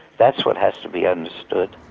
that's what has to be understood.